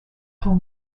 coal